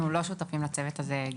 אנחנו לא שותפים לצוות הזה.